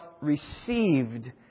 received